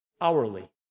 hourly